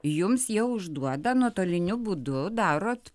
jums jau užduoda nuotoliniu būdu darot